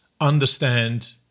understand